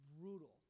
brutal